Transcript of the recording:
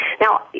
Now